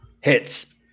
Hits